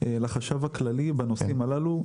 לחשב הכללי בנושאים הללו.